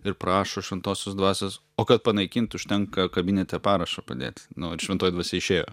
ir prašo šventosios dvasios o kad panaikint užtenka kabinete parašą padėt nu vat šventoji dvasia išėjo